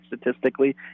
statistically